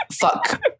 fuck